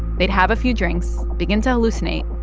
they'd have a few drinks, begin to hallucinate,